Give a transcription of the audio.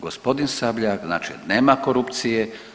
Gospodin Sabljak znači nema korupcije.